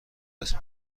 است